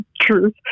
truth